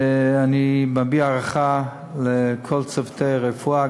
אני מביע הערכה לכל צוותי הרפואה,